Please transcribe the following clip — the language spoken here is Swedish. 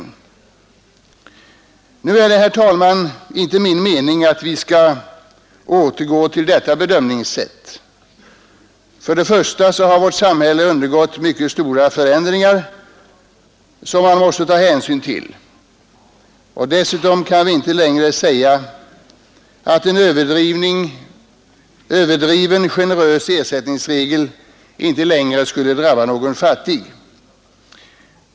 Nu menar jag inte, herr talman, att vi skall återgå till detta bedömningssätt. Vårt samhälle har sedan dess undergått mycket stora förändringar som det måste tas hänsyn till, och dessutom kan vi inte säga att en överdriven generös ersättning inte längre skulle drabba någon fattig.